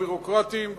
הביורוקרטיים,